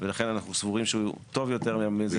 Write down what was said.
ולכן אנחנו סבורים שהוא טוב יותר מהמנגנון שהוצע בנוסח הממשלתי.